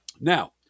Now